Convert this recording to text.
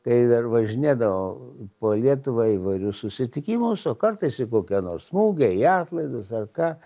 kai dar važinėdavau po lietuvą įvairius susitikimus o kartais ir kokią nors mugę į atlaidus ar ką